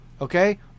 Okay